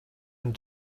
and